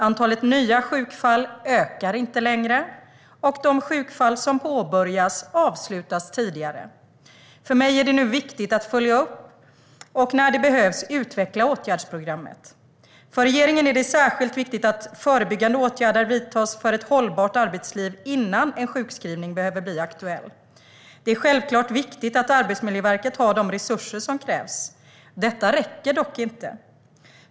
Antalet nya sjukfall ökar inte längre, och de sjukfall som påbörjas avslutas tidigare. För mig är det nu viktigt att följa upp och, när det behövs, utveckla åtgärdsprogrammet. För regeringen är det särskilt viktigt att förebyggande åtgärder vidtas för ett hållbart arbetsliv innan en sjukskrivning behöver bli aktuell. Det är självklart viktigt att Arbetsmiljöverket har de resurser som krävs. Detta räcker dock inte.